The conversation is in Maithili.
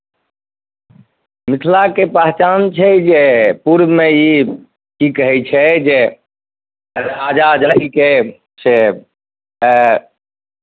मिथिलाके पहचान छै जे पूर्वमे ई की कहै छै जे राजा जनकजीके से